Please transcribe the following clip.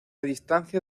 distancia